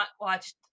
watched